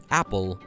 apple